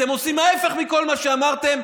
אתם עושים ההפך מכל מה שאמרתם,